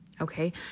okay